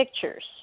pictures